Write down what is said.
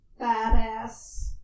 badass